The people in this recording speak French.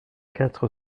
quatre